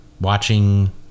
watching